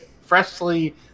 freshly